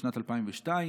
בשנת 2002,